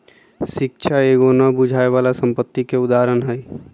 शिक्षा एगो न बुझाय बला संपत्ति के उदाहरण हई